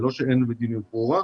זה לא שאין מדיניות ברורה.